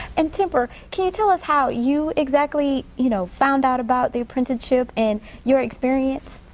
and temper can you tell us how you exactly you know found out about the apprenticeship and your experience?